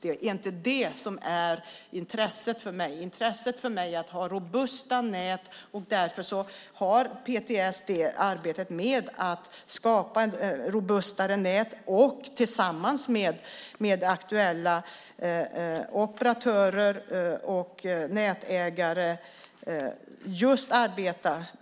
Det är inte det som är intressant för mig. Det intressanta för mig är att ha robusta nät. Därför bedriver PTS det här arbetet med att skapa robustare nät. Tillsammans med aktuella operatörer och nätägare arbetar man just